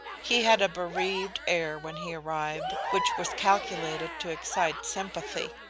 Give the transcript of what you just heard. he had a bereaved air when he arrived, which was calculated to excite sympathy,